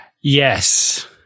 Yes